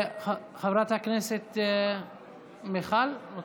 חברת הכנסת מיכל?